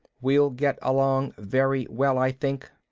we'll get along very well, i think.